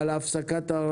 בשל הפסקת הדיג?